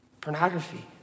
Pornography